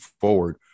forward